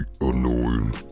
annoying